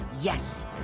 Yes